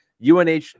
UNH